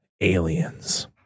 aliens